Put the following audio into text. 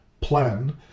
plan